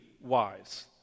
wise